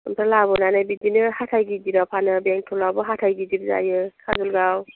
ओमफ्राय लाबोनानै बिदिनो हाथाइ गिदिराव फानो बेंटलआवबो हाथाइ गिदिर जायो काजलगाव